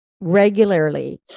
regularly